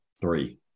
three